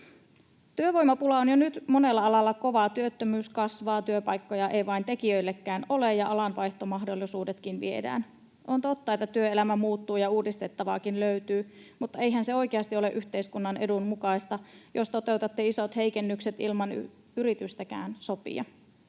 Työvoimapula on jo nyt monella alalla kova. Työttömyys kasvaa, työpaikkoja ei vain tekijöillekään ole ja alanvaihtomahdollisuudetkin viedään. On totta, että työelämä muuttuu ja uudistettavaakin löytyy, mutta eihän se oikeasti ole yhteiskunnan edun mukaista, jos toteutatte isot heikennykset ilman yritystäkään sopia.